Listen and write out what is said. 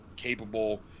capable